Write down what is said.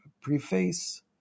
preface